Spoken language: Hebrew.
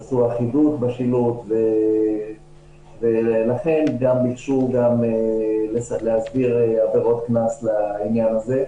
עשו אחידות בשילוט ולכן ביקשו להסדיר עבירות קנס לעניין הזה.